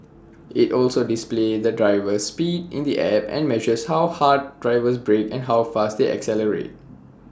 IT also displays the driver's speed in the app and measures how hard drivers brake and how fast they accelerate